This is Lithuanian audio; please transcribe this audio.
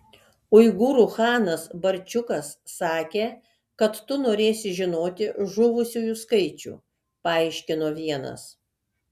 uigūrų chanas barčiukas sakė kad tu norėsi žinoti žuvusiųjų skaičių paaiškino vienas